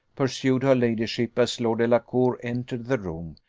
pursued her ladyship, as lord delacour entered the room,